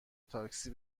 تاکسی